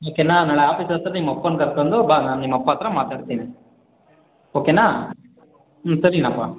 ಓಕೆನಾ ನಾಳೆ ಆಫೀಸ್ ಹತ್ತಿರ ನಿಮ್ಮ ಅಪ್ಪನ್ನ ಕರ್ಕೊಂಡು ಬಾ ನಾನು ನಿಮ್ಮ ಅಪ್ಪನ ಹತ್ತಿರ ಮಾತನಾಡ್ತೀನಿ ಓಕೆನಾ ಹ್ಞೂ ಸರಿನಪ್ಪ